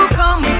come